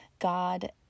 God